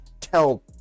tell